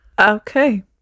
Okay